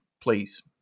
please